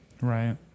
right